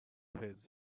his